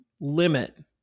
limit